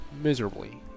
miserably